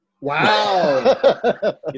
Wow